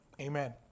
amen